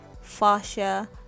fascia